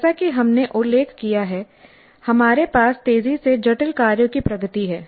जैसा कि हमने उल्लेख किया है हमारे पास तेजी से जटिल कार्यों की प्रगति है